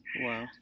Wow